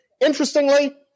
Interestingly